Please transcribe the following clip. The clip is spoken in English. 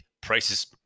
prices